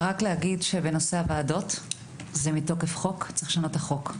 נושא הוועדות הוא מתוקף חוק וצריך לשנות את החוק.